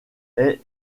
est